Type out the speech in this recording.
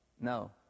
no